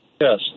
Yes